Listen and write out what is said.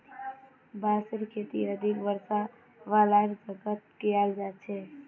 बांसेर खेती अधिक वर्षा वालार जगहत कियाल जा छेक